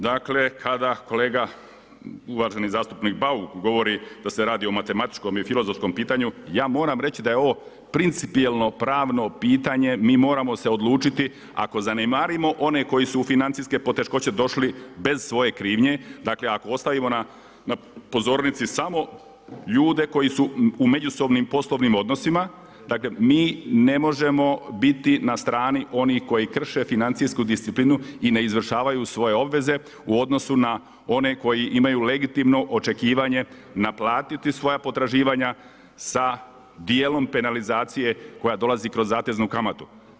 Dakle kada kolega uvaženi zastupnik Bauk govori da se radi o matematičkom i filozofskom pitanju, ja moram reći da je ovo principijelno pravno pitanje, mi moramo se odlučiti ako zanemarimo one koji su u financijske poteškoće došli bez svoje krivnje, dakle ako ostavimo na pozornici samo ljude koji su u međusobnim poslovnim odnosima, dakle mi ne možemo biti na strani onih koji krše financijsku disciplinu i ne izvršavaju svoje obveze u odnosu na one koji imaju legitimno očekivanje naplatiti svoja potraživanja sa dijelom penalizacije koja dolazi kroz zateznu kamatu.